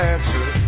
answer